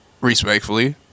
Respectfully